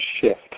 shift